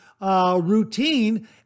routine